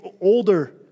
older